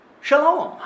shalom